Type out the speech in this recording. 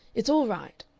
it's all right,